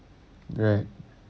right